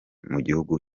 mugihugu